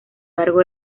largo